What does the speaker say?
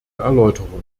erläuterung